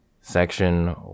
Section